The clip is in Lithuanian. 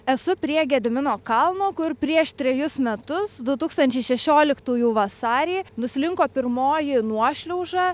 esu prie gedimino kalno kur prieš trejus metus du tūkstančiai šešioliktųjų vasarį nuslinko pirmoji nuošliauža